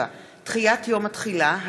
7) (דחיית יום התחילה),